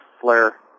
Flare